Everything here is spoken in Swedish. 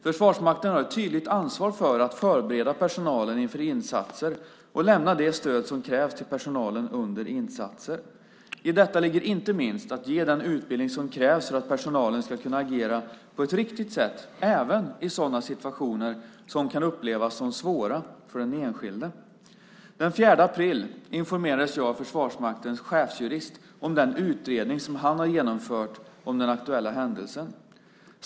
Försvarsmakten har ett tydligt ansvar för att förbereda personalen inför insatser och lämna det stöd som krävs till personalen under insatser. I detta ligger inte minst att ge den utbildning som krävs för att personalen ska kunna agera på ett riktigt sätt även i sådana situationer som kan upplevas som svåra för den enskilde. Den 4 april informerades jag av Försvarsmaktens chefsjurist om den utredning som han har genomfört om den aktuella händelsen.